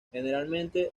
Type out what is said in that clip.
generalmente